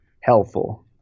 helpful